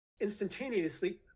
instantaneously